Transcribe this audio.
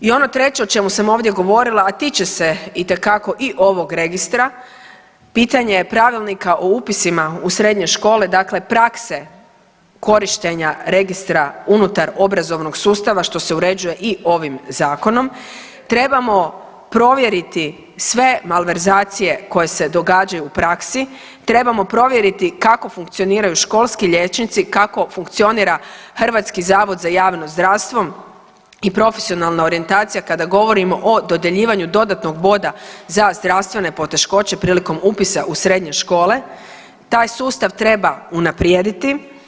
I ono treće o čemu sam ovdje govorila, a tiče se itekako i ovog Registra, pitanje Pravilnika o upisima u srednje škole, dakle prakse korištenja Registra unutar obrazovnog sustava, što se uređuje i ovim Zakonom, trebamo provjeriti sve malverzacije koje se događaju u praksi, trebamo provjeriti kako funkcioniraju školski liječnici, kako funkcionira HZJZ i profesionalna orijentacija, kada govorimo o dodjeljivanju dodatnog boda za zdravstvene poteškoće prilikom upisa u srednje škole, taj sustav treba unaprijediti.